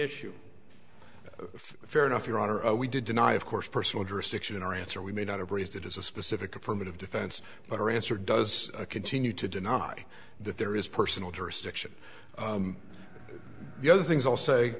issue fair enough your honor we did deny of course personal jurisdiction in our answer we may not have raised it as a specific affirmative defense but our answer does continue to deny that there is personal jurisdiction the other